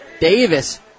Davis